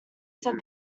said